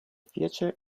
theater